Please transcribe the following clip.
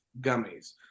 gummies